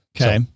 Okay